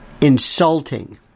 insulting